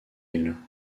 île